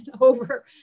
over